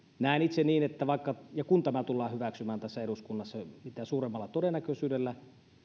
näen itse niin että vaikka tämä hyväksyttäisiin ja kun tämä tullaan hyväksymään tässä eduskunnassa mitä suurimmalla todennäköisyydellä